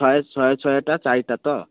ଶହେ ଶହେ ଶହେଟା ଚାରିଟା ତ